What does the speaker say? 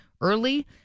early